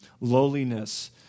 lowliness